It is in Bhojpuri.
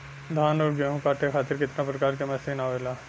धान और गेहूँ कांटे खातीर कितना प्रकार के मशीन आवेला?